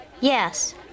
yes